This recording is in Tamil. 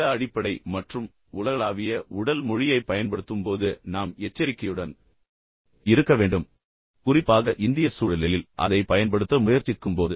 சில அடிப்படை மற்றும் உலகளாவிய உடல் மொழியைப் பயன்படுத்தும்போது நாம் எச்சரிக்கையுடன் இருக்க வேண்டும் என்று நான் சொன்னேன் குறிப்பாக இந்திய சூழலில் அதைப் பயன்படுத்த முயற்சிக்கும்போது